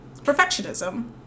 Perfectionism